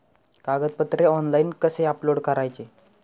कागदपत्रे ऑनलाइन कसे अपलोड करायचे?